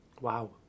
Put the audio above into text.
Wow